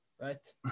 right